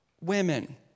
women